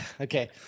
okay